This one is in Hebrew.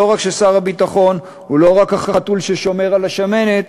לא רק ששר הביטחון הוא רק החתול ששומר על השמנת,